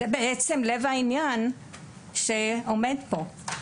זה בעצם לב העניין שעומד פה.